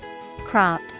crop